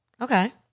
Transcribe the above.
okay